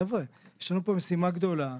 חבר'ה, יש לנו פה משימה גדולה,